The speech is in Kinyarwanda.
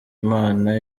imana